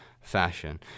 fashion